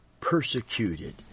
persecuted